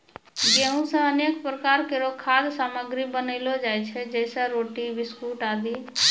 गेंहू सें अनेक प्रकार केरो खाद्य सामग्री बनैलो जाय छै जैसें रोटी, बिस्कुट आदि